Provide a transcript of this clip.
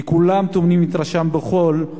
וכולם טומנים את ראשם בחול,